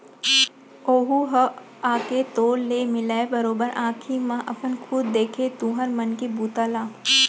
ओहूँ ह आके तोर ले मिलय, बरोबर आंखी म अपन खुद देखय तुँहर मन के बूता ल